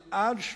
אלעד,